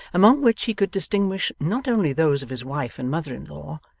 among which he could distinguish, not only those of his wife and mother-in-law,